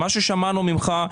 מה ששמענו ממך,